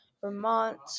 Vermont